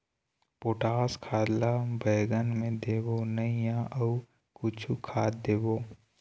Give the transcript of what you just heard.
Potash खाद ला बैंगन मे देबो नई या अऊ कुछू खाद देबो?